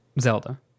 Zelda